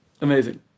Amazing